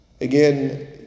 Again